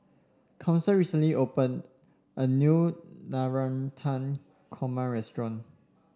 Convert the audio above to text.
Council recently opened a new Navratan Korma restaurant